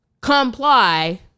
comply